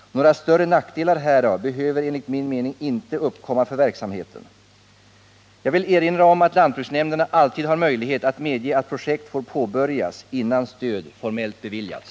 Några större nackdelar härav behöver enligt min mening inte uppkomma för verksamheten. Jag vill erinra om att lantbruksnämnderna alltid har möjlighet att medge att projekt får påbörjas innan stöd formellt beviljas.